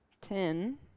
ten